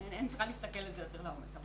צריכה להסתכל על זה יותר לעומק.